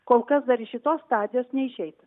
kol kas dar iš šitos stadijos neišeita